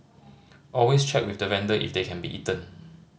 always check with the vendor if they can be eaten